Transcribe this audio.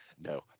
No